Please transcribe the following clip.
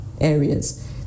areas